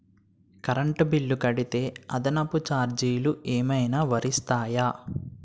Current bill కడితే అదనపు ఛార్జీలు ఏమైనా వర్తిస్తాయా?